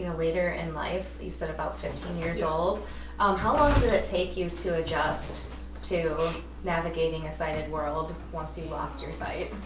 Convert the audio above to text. later in life you said about fifteen years old um how long does it take you to adjust to navigating a sighted world once you lost your sight?